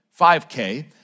5K